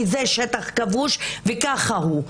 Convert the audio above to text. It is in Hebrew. כי זה שטח כבוש וככה הוא,